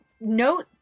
note